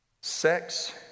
sex